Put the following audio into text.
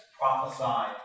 prophesied